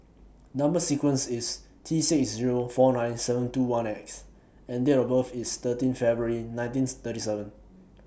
Number sequence IS T six Zero four nine seven two one X and Date of birth IS thirteen February nineteen thirty seven